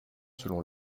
selon